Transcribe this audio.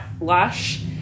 lush